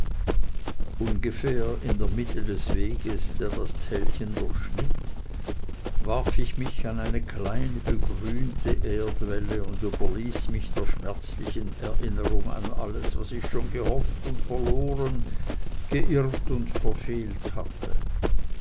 ungefähr in der mitte des weges der das tälchen durchschnitt warf ich mich an eine kleine begrünte erdwelle und überließ mich der schmerzlichen erinnerung an alles was ich schon gehofft und verloren geirrt und verfehlt hatte